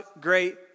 great